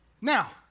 Now